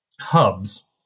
hubs